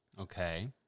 Okay